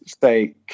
say